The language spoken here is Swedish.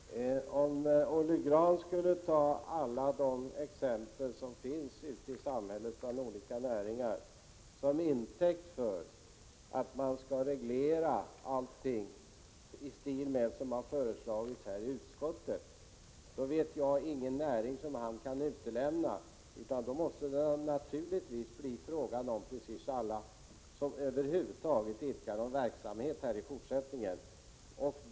Fru talman! Om Olle Grahn skulle ta alla de exempel som finns ute i samhället bland olika näringar som intäkt för att allting skall regleras i stil med utskottets förslag, vet jag ingen näring som han skulle kunna utelämna. Då måste det naturligtvis bli fråga om precis alla som över huvud taget i fortsättningen idkar någon verksamhet.